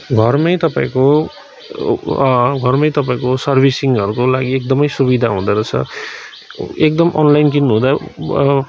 घरमै तपाईँको घरमै तपाईँको सर्विसिङहरूको लागि एकदमै सुविधा हुँदोरहेछ एकदम अनलाइन किन्नुहुँदा